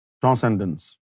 transcendence